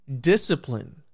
discipline